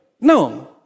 no